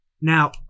now